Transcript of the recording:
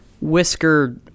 whisker